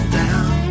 down